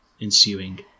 ensuing